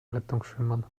rettungsschwimmern